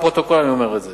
לפרוטוקול אני אומר את זה.